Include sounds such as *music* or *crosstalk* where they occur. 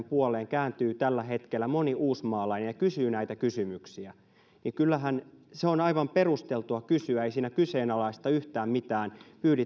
*unintelligible* puoleen kääntyy tällä hetkellä moni uusmaalainen ja kysyy näitä kysymyksiä niin että kyllähän se on aivan perusteltua kysyä ei siinä kyseenalaisteta yhtään mitään